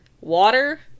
water